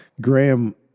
Graham